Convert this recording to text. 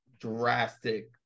drastic